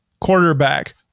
quarterback